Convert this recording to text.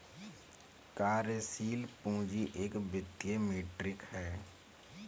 कार्यशील पूंजी एक वित्तीय मीट्रिक है